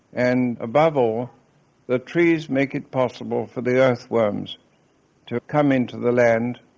and above all the trees make it possible for the earthworms to come into the land,